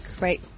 Right